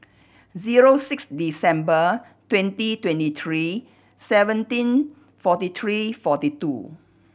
zero six December twenty twenty three seventeen forty three forty two